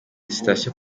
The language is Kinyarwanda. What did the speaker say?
sitasiyo